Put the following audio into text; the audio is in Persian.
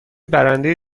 برنده